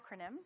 acronym